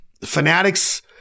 fanatics